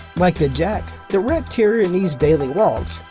like the jack, the rat terrier needs daily walks,